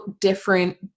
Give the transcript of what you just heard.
different